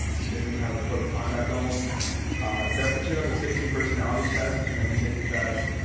and because then you have a code of conduct, almost a death. we checked out the sixteen personalities test and then take that,